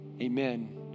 Amen